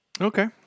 Okay